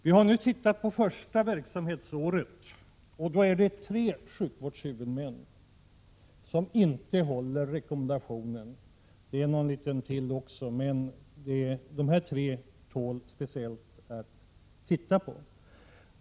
Vi har nu tittat på det första verksamhetsåret, och det är tre sjukvårdshuvudmän som inte håller sig till rekommendationen och dessutom någon till, men speciellt dessa tre tål att titta på.